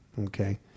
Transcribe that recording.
Okay